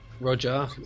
Roger